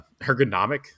ergonomic